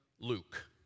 Luke